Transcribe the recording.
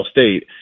State